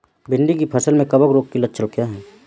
भिंडी की फसल में कवक रोग के लक्षण क्या है?